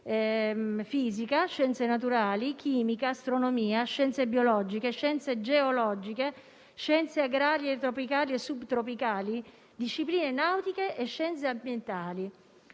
fisica, scienze naturali, chimica, astronomia, scienze biologiche, scienze geologiche, scienze agrarie tropicali e subtropicali, discipline nautiche e scienze ambientali.